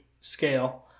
scale